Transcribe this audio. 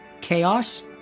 Chaos